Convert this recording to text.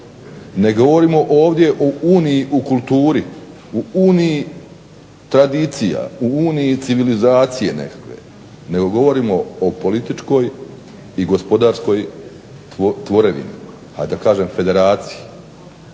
Ne govorimo ovdje o uniji u kulturi, o uniji tradiciji, o uniji civilizacije nekakve nego govorimo o političkoj i gospodarskoj tvorevini, a da kažem federaciji